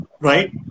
Right